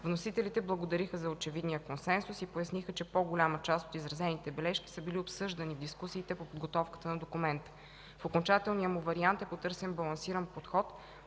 Вносителите благодариха за очевидния консенсус и поясниха, че по-голяма част от изразените бележки са били обсъждани в дискусиите по подготовката на документа. В окончателния му вариант е потърсен балансиран подход